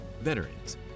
Veterans